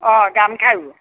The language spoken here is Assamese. অঁ গাম খাৰু